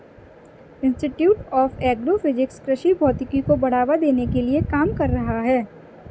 institute of agro physics कृषि भौतिकी को बढ़ावा देने के लिए काम कर रहा है